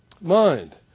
mind